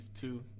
two